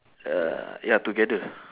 uh ya together